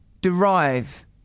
derive